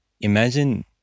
Imagine